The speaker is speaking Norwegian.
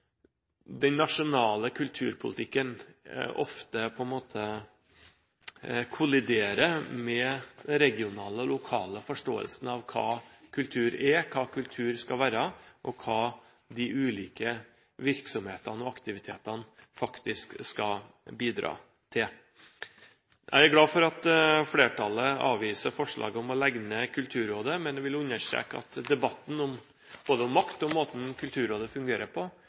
den nasjonale kulturpolitikken ofte kolliderer med den regionale og lokale forståelsen av hva kultur er, hva kultur skal være, og hva de ulike virksomhetene og aktivitetene faktisk skal bidra til. Jeg er glad for at flertallet avviser forslaget om å legge ned Kulturrådet, men jeg vil understreke at debatten både om makt og om måten Kulturrådet fungerer på,